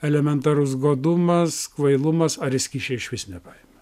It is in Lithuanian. elementarus godumas kvailumas ar jis kyšio išvis nepaėmė